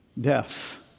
death